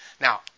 Now